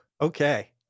Okay